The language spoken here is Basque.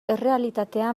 errealitatea